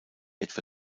etwa